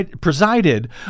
presided